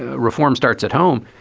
reform starts at home.